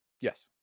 Yes